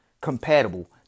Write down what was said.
compatible